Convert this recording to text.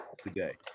today